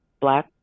black